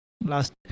last